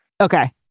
okay